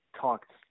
talked